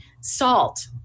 salt